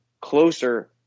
closer